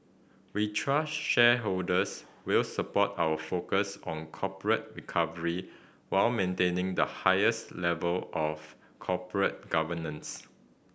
we trust shareholders will support our focus on corporate recovery while maintaining the highest level of corporate governance